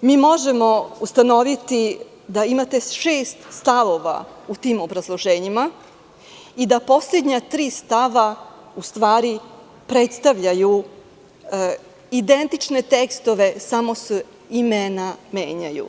mi možemo ustanoviti da imate šest stavova u tim obrazloženjima i da poslednja tri stava predstavljaju identične tekstove, samo se imena menjaju.